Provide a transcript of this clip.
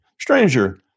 Stranger